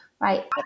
Right